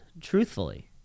truthfully